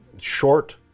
short